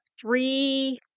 three